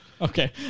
Okay